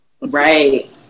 Right